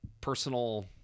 personal